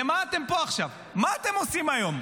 למה אתם פה עכשיו, מה אתם עושים היום?